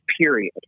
period